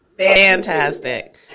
Fantastic